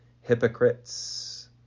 hypocrites